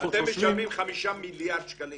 אתם משלמים 5 מיליארד שקלים